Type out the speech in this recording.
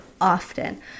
often